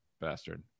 bastard